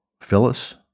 Phyllis